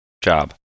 job